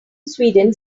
sweden